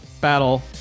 battle